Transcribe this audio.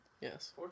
Yes